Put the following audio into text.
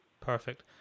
Perfect